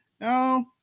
No